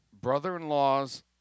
brother-in-law's